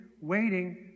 waiting